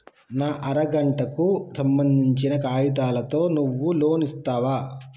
నా అర గంటకు సంబందించిన కాగితాలతో నువ్వు లోన్ ఇస్తవా?